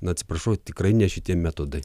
na atsiprašau tikrai ne šitie metodai